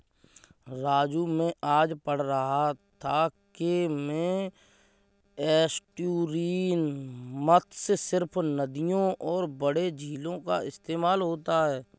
राजू मैं आज पढ़ रहा था कि में एस्टुअरीन मत्स्य सिर्फ नदियों और बड़े झीलों का इस्तेमाल होता है